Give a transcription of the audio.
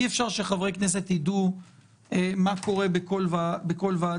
אי אפשר שחברי כנסת יידעו מה קורה בכל ועדה.